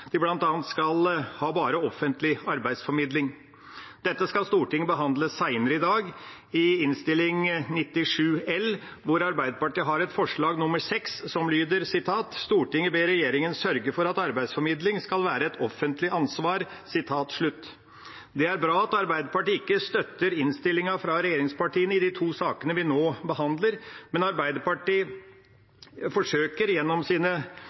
de bl.a. skal ha bare offentlig arbeidsformidling. Dette skal Stortinget behandle senere i dag, i Innst. 97 L, hvor Arbeiderpartiet har et forslag nr. 6, som lyder: «Stortinget ber regjeringen sørge for at arbeidsformidling skal være et offentlig ansvar.» Det er bra at Arbeiderpartiet ikke støtter innstillinga fra regjeringspartiene i de to sakene vi nå behandler, men Arbeiderpartiet forsøker gjennom